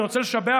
אני רוצה לשבח,